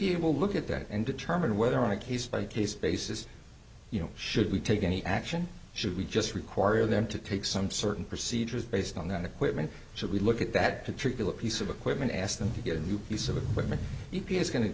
will look at that and determine whether on a case by case basis you know should we take any action should we just require them to take some certain procedures based on that equipment should we look at that particular piece of equipment ask them to get a new piece of equipment